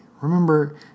Remember